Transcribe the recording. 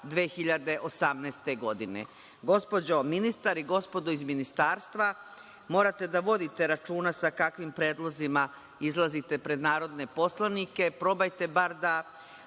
2018. godine. Gospođo ministar i gospodo iz ministarstva, morate da vodite računa sa kakvim predlozima izlazite pred narodne poslanike. Probajte da vam